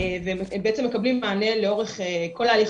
והם בעצם מקבלים מענה לאורך כל ההליך